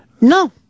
No